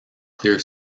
clear